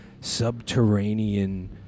subterranean